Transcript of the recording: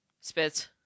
Spits